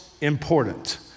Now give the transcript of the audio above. important